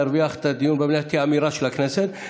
נרוויח את הדיון במליאה כאמירה של הכנסת,